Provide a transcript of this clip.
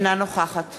אינה נוכחת